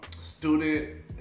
student